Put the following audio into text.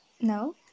no